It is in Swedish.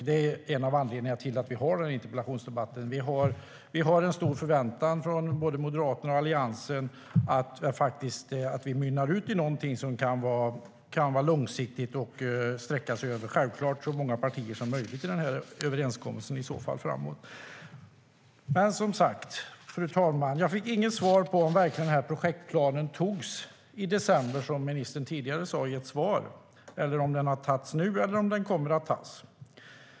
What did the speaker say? Det är en av anledningarna till att vi har den här interpellationsdebatten; vi har från både Moderaterna och Alliansen en stor förväntan på att det mynnar ut i någonting som kan vara långsiktigt, och att överenskommelsen framåt i så fall självklart ska sträcka sig över så många partier som möjligt. Fru talman! Jag fick som sagt inget svar på frågan om projektplanen togs i december, som ministern sa tidigare i ett svar, om den har tagits nu eller om den kommer att tas.